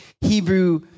Hebrew